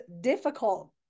difficult